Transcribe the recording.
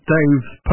Dave's